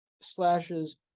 slashes